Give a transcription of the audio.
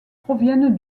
proviennent